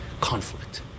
Conflict